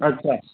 अच्छा